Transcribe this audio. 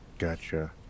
Gotcha